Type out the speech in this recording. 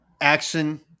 Action